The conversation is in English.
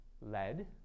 lead